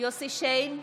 יוסף שיין,